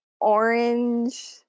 orange